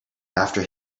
after